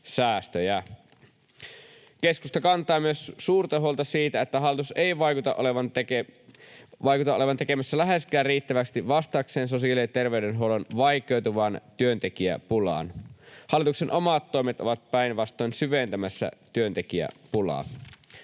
Keskusta kantaa myös suurta huolta siitä, että hallitus ei vaikuta olevan tekemässä läheskään riittävästi vastatakseen sosiaali- ja terveydenhuollon vaikeutuvaan työntekijäpulaan. Hallituksen omat toimet ovat päinvastoin syventämässä työntekijäpulaa.